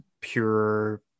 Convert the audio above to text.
pure